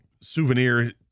souvenir